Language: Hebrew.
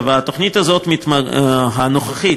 התוכנית הנוכחית,